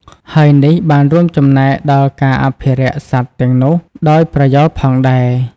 ហើយនេះបានរួមចំណែកដល់ការអភិរក្សសត្វទាំងនោះដោយប្រយោលផងដែរ។